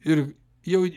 ir jau